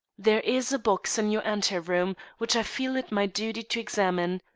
there is a box in your ante-room which i feel it my duty to examine.